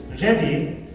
ready